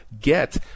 get